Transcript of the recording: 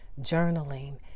journaling